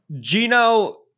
Gino